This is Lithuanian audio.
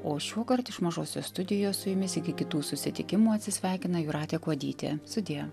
o šįkart iš mažosios studijos su jumis iki kitų susitikimų atsisveikina jūratė kuodytė sudie